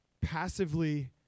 passively